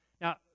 Now